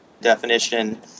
definition